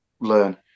learn